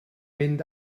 mynd